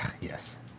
yes